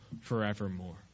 forevermore